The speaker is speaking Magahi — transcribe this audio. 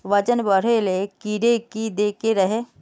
वजन बढे ले कीड़े की देके रहे?